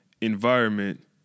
environment